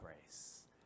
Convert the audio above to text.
grace